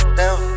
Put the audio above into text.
down